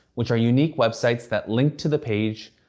which are unique websites that link to the page,